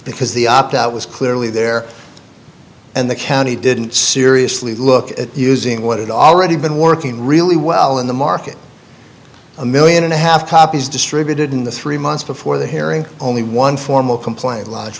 because the opt out was clearly there and the county didn't seriously look at using what had already been working really well in the market a million and a half copies distributed in the three months before the hearing only one formal complaint l